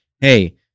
hey